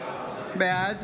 בעד